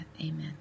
Amen